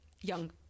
Young